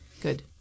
good